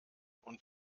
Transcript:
und